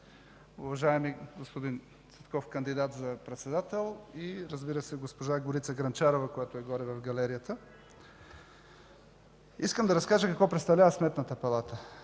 Уважаеми господин Цветков, кандидат за председател и, разбира се, госпожа Горица Грънчарова, която е горе в Галерията! Искам да разкажа какво представлява Сметната палата.